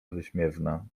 wyśmiewna